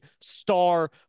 star